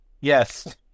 yes